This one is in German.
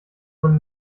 man